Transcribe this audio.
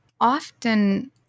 Often